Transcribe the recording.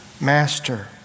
master